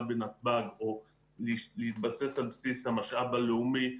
בנתב"ג או להתבסס על בסיס המשאב הלאומי,